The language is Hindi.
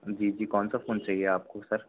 जी जी कौन सा फ़ोन चाहिए आपको सर